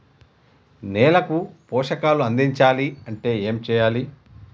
నేలకు పోషకాలు అందించాలి అంటే ఏం చెయ్యాలి?